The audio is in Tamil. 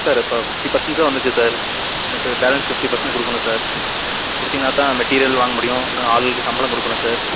சார் இப்போ இப்போ ஃபிஃப்டி பெர்சன்ட் தான் வந்திருக்குது சார் பேலன்ஸ் ஃபிஃப்டி பெர்சன்ட் கொடுக்குணும் சார் கொடுத்திங்கனாதான் மெட்டிரியல் வாங்க முடியும் இன்னும் ஆளுங்களுக்கு சம்பளம் கொடுக்குணும் சார்